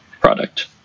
product